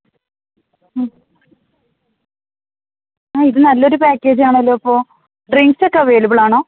ആ ഇത് നല്ലൊരു പാക്കേജാണല്ലോ അപ്പോൾ ഡ്രിങ്ക്സ്സക്കെ അവൈലബിളാണോ